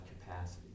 capacity